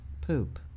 poop